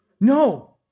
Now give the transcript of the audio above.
no